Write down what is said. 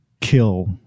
kill